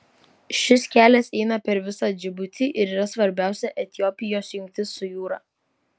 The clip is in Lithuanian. šis kelias eina per visą džibutį ir yra svarbiausia etiopijos jungtis su jūra